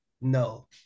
No